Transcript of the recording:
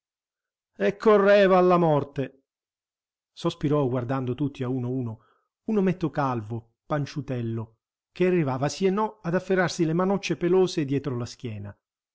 e correva alla morte sospirò guardando tutti a uno a uno un ometto calvo panciutello che arrivava sì e no ad afferrarsi le manocce pelose dietro la schiena